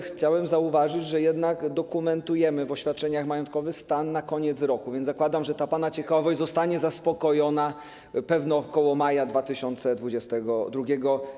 Chciałbym zauważyć, że jednak dokumentujemy w oświadczeniach majątkowych stan na koniec roku, więc zakładam, że ta pana ciekawość zostanie zaspokojona pewno koło maja 2022 r.